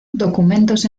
documentos